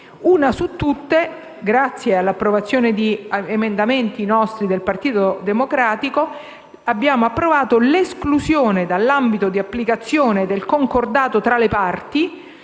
una su tutte: grazie all'approvazione di emendamenti del Partito Democratico, abbiamo approvato l'esclusione dall'ambito di applicazione del concordato tra le parti